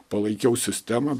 palaikiau sistemą